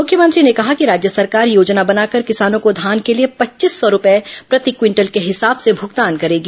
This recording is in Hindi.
मुख्यमंत्री ने कहा कि राज्य सरकार योजना बनाकर किसानों को धान के लिए पच्चीस सौ रूपये प्रति क्विंटल के हिसाब से भुगतान करेगी